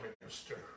minister